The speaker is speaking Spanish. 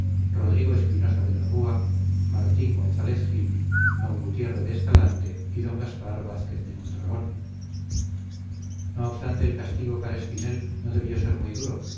rodrigo espinosa de la rua martín gonzález gil d gutierre de escalante y d gaspar vázquez de mondragón no obstante el castigo para espinel no debió ser muy duro